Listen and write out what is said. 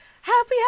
happy